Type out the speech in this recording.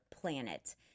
planet